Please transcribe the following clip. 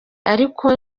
ariko